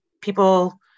people